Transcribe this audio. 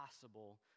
possible